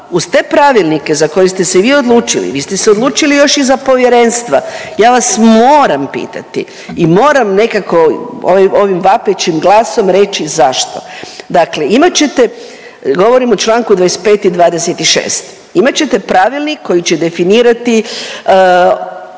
uz te pravilnike za koje ste se vi odlučili, vi ste se odlučili još i za povjerenstva. Ja vas moram pitati i moram nekako ovim vapećim glasom reći zašto? Dakle, imat ćete, govorim o Članku 25. i 26., imat ćete pravilnik koji će definirati